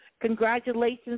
Congratulations